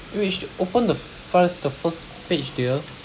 wait you sh~ open the front the first page dear